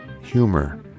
humor